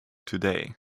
today